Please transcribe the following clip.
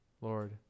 Lord